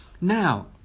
Now